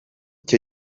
cyo